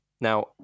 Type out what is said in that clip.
Now